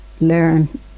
learn